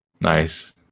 Nice